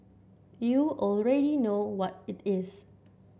you already know what it is